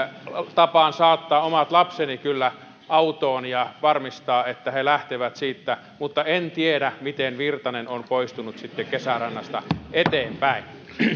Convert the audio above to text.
tapaan kyllä saattaa omat lapseni autoon ja varmistaa että he lähtevät siitä mutta en tiedä miten virtanen on sitten poistunut kesärannasta eteenpäin